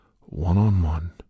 one-on-one